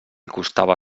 costava